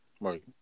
Right